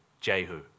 Jehu